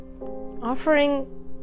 offering